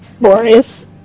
Boris